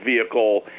vehicle